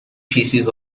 pieces